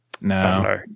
no